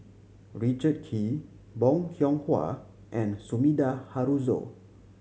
Richard Kee Bong Hiong Hwa and Sumida Haruzo